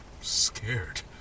scared